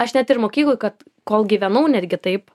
aš net ir mokykloj kad kol gyvenau netgi taip